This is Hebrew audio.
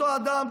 אותו אדם,